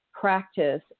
practice